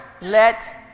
let